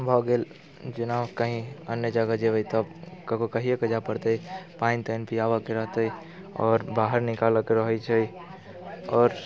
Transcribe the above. भऽ गेल जेना कहीँ अन्य जगह जयबै तब केकरो कहिए के जाय पड़तै पानि तानि पिआबऽके रहतै आओर बाहर निकालऽके रहैत छै आओर